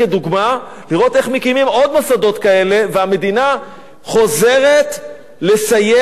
כדוגמה איך מקימים עוד מוסדות כאלה והמדינה חוזרת לסייע.